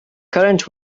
current